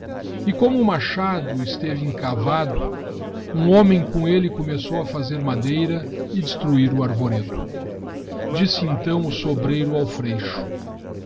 e como o nmchado esteve ea catado hum homem com elle co meçou a fazer madeira e destruir o arvoredo disse entaõ o sobreiro ao jfreixo